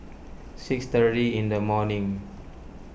six thirty in the morning